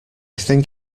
think